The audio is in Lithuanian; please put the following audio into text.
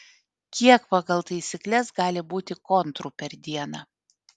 kiek pagal taisykles gali būti kontrų per dieną